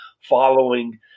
following